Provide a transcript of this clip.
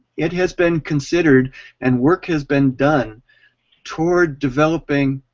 it has been considered and work has been done towards developing